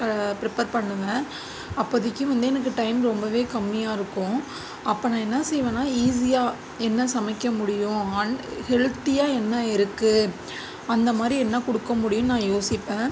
prepare பண்ணுவேன் அப்போதிக்கி வந்து எனக்கு டைம் ரொம்பவே கம்மியாக இருக்கும் அப்போ நான் என்ன செய்வேன்னால் ஈஸியாக என்ன சமைக்க முடியும் அண்ட் ஹெல்த்தியாக என்ன இருக்குது அந்தமாதிரி என்ன கொடுக்க முடியும்ன்னு நான் யோசிப்பேன்